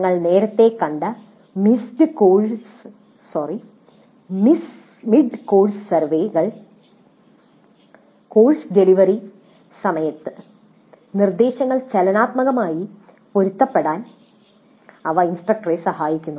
ഞങ്ങൾ നേരത്തെ കണ്ട മിഡ് കോഴ്സ് സർവേകൾ കോഴ്സ് ഡെലിവറി സമയത്ത് നിർദ്ദേശങ്ങൾ ചലനാത്മകമായി പൊരുത്തപ്പെടുത്താൻ അവ ഇൻസ്ട്രക്ടറെ സഹായിക്കുന്നു